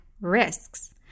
risks